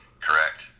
Correct